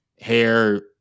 hair